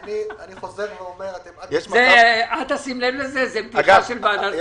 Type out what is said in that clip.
אל תשים לב לזה, זה בדיחה של ועדת הכספים.